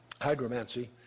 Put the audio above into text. hydromancy